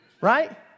right